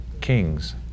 Kings